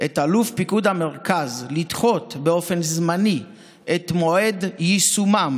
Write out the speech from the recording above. את אלוף פיקוד המרכז לדחות באופן זמני את מועד יישומם